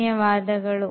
ಧನ್ಯವಾದಗಳು